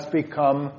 become